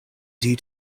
due